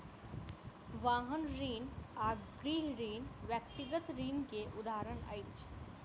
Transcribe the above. वाहन ऋण आ गृह ऋण व्यक्तिगत ऋण के उदाहरण अछि